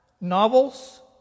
novels